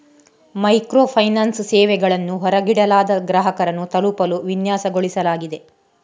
micro finance ಸೇವೆಗಳನ್ನು ಹೊರಗಿಡಲಾದ ಗ್ರಾಹಕರನ್ನು ತಲುಪಲು ವಿನ್ಯಾಸಗೊಳಿಸಲಾಗಿದೆ